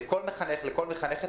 לכל מחנך ולכל מחנכת,